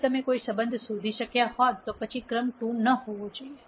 જો તમે કોઈ સબંધ શોધી શક્યા હોત તો પછી ક્રમ 2 ન હોવો જોઈએ